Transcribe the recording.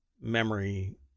memory